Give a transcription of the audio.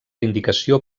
indicació